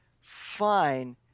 fine